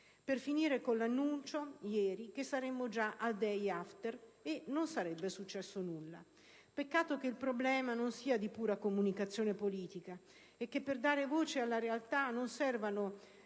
Per finire, con l'annuncio di ieri secondo cui saremmo già al *day after* e non sarebbe successo nulla. Peccato, però, che il problema non sia di pura comunicazione politica e che per dare voce alla realtà non servano